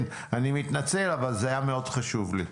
אני מתנצל, אבל זה היה מאוד חשוב לי.